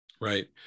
Right